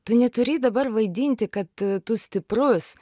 tu neturi dabar vaidinti kad tu stiprus